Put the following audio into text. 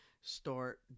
start